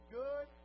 good